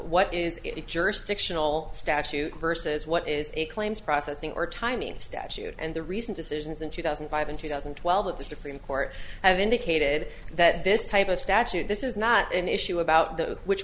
it jurisdictional statute versus what is a claims processing or timing statute and the recent decisions in two thousand and five and two thousand and twelve that the supreme court have indicated that this type of statute this is not an issue about the which